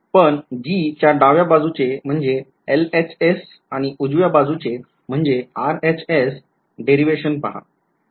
पण G च्या डाव्या बाजूचे आणि उजव्या बाजूचे डेरिवेशन पहा